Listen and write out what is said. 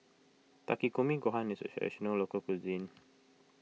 Takikomi Gohan is a Traditional Local Cuisine